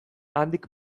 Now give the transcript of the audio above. handik